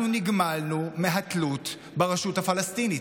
אנחנו נגמלנו מהתלות ברשות הפלסטינית.